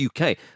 UK